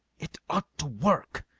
it ought to work,